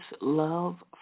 love